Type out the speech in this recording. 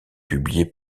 publié